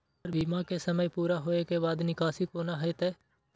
हमर बीमा के समय पुरा होय के बाद निकासी कोना हेतै?